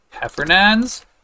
Heffernan's